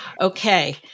Okay